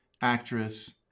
actress